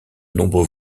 nombreux